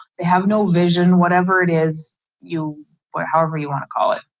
have no vision, whatever it is you want however you want to call it.